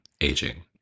aging